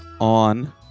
on